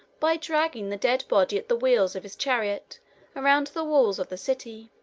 by dragging the dead body at the wheels of his chariot around the walls of the city.